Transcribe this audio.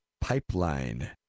pipeline